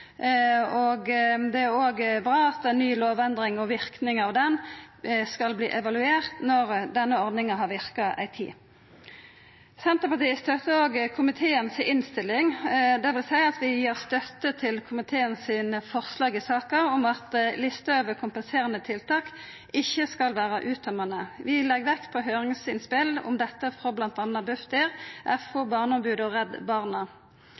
fornuftig. Det er òg bra at den nye lovendringa og verknadene av ho skal verta evaluerte når denne ordninga har verka ei tid. Senterpartiet støttar òg komiteens innstilling, dvs. at vi gir støtte til komiteens forslag i saka om at lista over kompenserande tiltak ikkje skal vera uttømmande. Vi legg vekt på høyringsinnspel om dette frå m.a. Bufdir, FO, Barneombodet og Redd Barna.